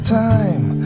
time